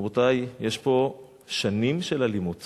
רבותי, יש פה שנים של אלימות